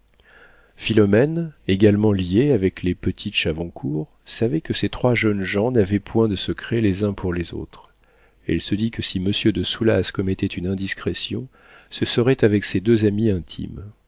philomène également liée avec les petites chavoncourt savait que ces trois jeunes gens n'avaient point de secrets les uns pour les autres elle se dit que si monsieur de soulas commettait une indiscrétion ce serait avec ses deux amis intimes